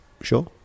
sure